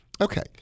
okay